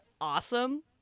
awesome